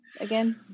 again